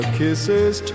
kisses